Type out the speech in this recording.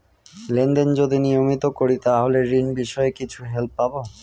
Lane দেন যদি নিয়মিত করি তাহলে ঋণ বিষয়ে কিছু হেল্প পাবো?